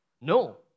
No